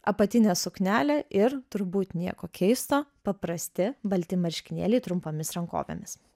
apatinė suknelė ir turbūt nieko keisto paprasti balti marškinėliai trumpomis rankovėmis